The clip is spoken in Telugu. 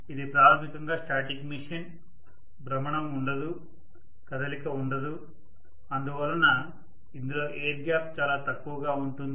ఇది ప్రాథమికంగా స్టాటిక్ మెషీన్ భ్రమణం ఉండదు కదలిక ఉండదు అందువలన ఇందులో ఎయిర్ గ్యాప్ చాలా తక్కువగా ఉంటుంది